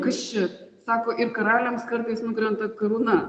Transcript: kas čia sako ir karaliams kartais nukrenta karūna